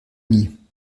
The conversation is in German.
nie